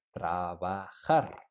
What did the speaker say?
trabajar